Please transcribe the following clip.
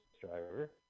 driver